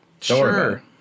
Sure